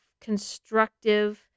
constructive